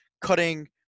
cutting